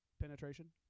Penetration